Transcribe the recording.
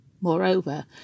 Moreover